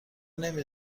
نمی